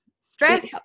stress